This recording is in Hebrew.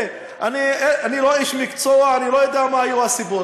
אני לא איש מקצוע, אני לא יודע מה היו הסיבות.